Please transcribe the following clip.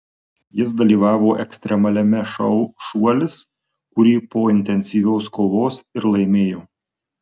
jis dalyvavo ekstremaliame šou šuolis kurį po intensyvios kovos ir laimėjo